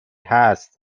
هست